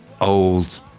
old